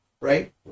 right